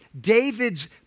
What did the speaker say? David's